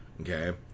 Okay